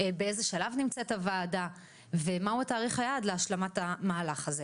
באיזה שלב נמצאת הוועדה ומהו תאריך היעד להשלמת המהלך הזה.